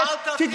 אל תטיף לי.